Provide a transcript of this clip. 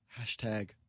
hashtag